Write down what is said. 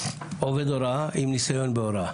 עובד הוראה, עם ניסיון בהוראה.